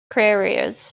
carriers